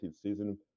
season